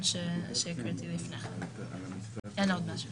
ואנחנו מבינים